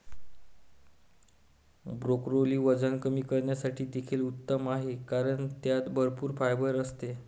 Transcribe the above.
broccoli वजन कमी करण्यासाठी देखील उत्तम आहे कारण त्यात भरपूर फायबर असते